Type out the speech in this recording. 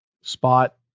Spot